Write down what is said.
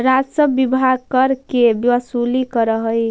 राजस्व विभाग कर के वसूली करऽ हई